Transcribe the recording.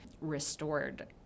restored